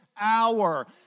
hour